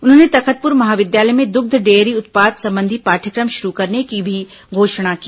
उन्होंने तखतपुर महाविद्यालय में दुग्ध डेयरी उत्पाद संबंधी पाठ्यक्रम शुरू करने की भी घोषणा की